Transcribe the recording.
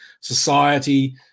society